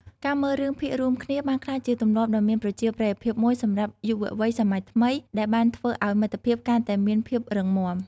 ការមើលរឿងភាគរួមគ្នាបានក្លាយជាទម្លាប់ដ៏មានប្រជាប្រិយភាពមួយសម្រាប់យុវវ័យសម័យថ្មីដែលបានធ្វើឲ្យមិត្តភាពកាន់តែមានភាពរឹងមាំ។